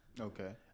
Okay